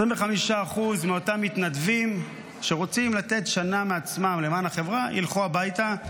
25% מאותם מתנדבים שרוצים לתת שנה מעצמם למען החברה ילכו הביתה,